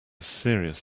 serious